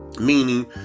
Meaning